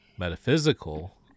metaphysical